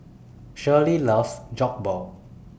Shirlie loves Jokbal